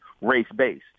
race-based